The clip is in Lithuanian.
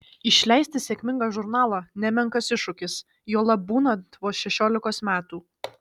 išleisti sėkmingą žurnalą nemenkas iššūkis juolab būnant vos šešiolikos metų